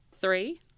Three